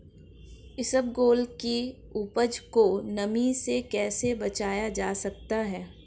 इसबगोल की उपज को नमी से कैसे बचाया जा सकता है?